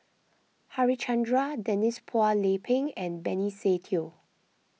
Harichandra Denise Phua Lay Peng and Benny Se Teo